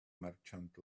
merchant